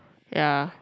ya